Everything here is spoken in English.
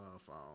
phone